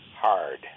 hard